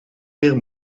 meer